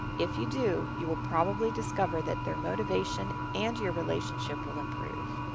if you do, you will probably discover that their motivation and your relationship will improve.